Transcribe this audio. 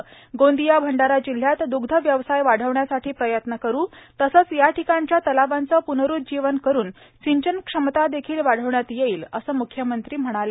तसंच गोंदिया अंडारा जिल्ह्यात दुग्ध व्यवसाय वाढविण्यासाठी प्रयत्न करू तसंच याठिकाणच्या तलावांचे प्नरूज्जीवन करून सिंचन क्षमता देखील वाढविण्यात येईल असं मुख्यमंत्री म्हणाले